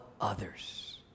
others